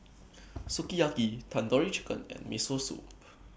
Sukiyaki Tandoori Chicken and Miso Soup